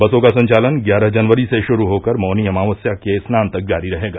बसों का संचालन ग्यारह जनवरी से शुरू होकर मौनी अमावस्या के स्नान तक जारी रहेगा